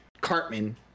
Cartman